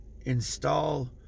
install